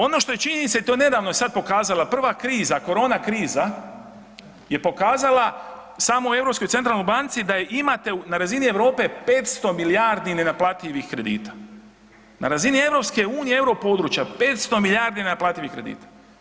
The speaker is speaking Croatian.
Ono što je činjenica i to je nedavno sada pokazala prva kriza, korona kriza je pokazala samo u Europskoj centralnoj banci da imate na razini Europe 500 milijardi nenaplativih kredita, na razini EU euro područja 500 milijardi nenaplativih kredita.